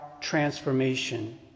transformation